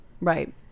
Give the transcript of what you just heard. right